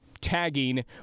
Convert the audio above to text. tagging